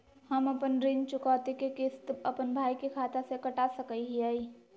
हम अपन ऋण चुकौती के किस्त, अपन भाई के खाता से कटा सकई हियई?